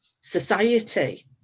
society